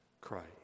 Christ